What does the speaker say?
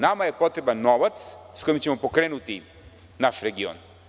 Nama je potreban novac sa kojim ćemo pokrenuti naš region.